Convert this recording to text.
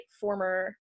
former